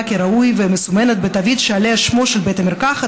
כראוי ומסומנת בתווית שעליה שמו של בית המרקחת,